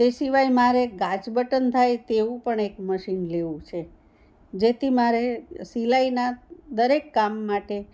તે સિવાય મારે ગાજ બટન થાય તેવું પણ એક મશીન લેવું છે જેથી મારે સિલાઈના દરેક કામ માટે